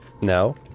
No